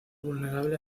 vulnerable